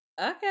okay